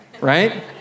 right